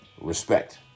Respect